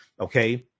Okay